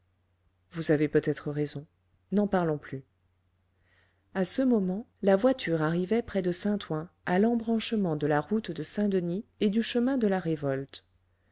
vous avez peut-être raison n'en parlons plus à ce moment la voiture arrivait près de saint-ouen à l'embranchement de la route de saint-denis et du chemin de la révolte